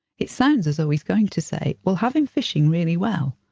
it sounds as though he's going to say we'll have him fishing really well.